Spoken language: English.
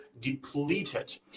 depleted